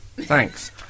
Thanks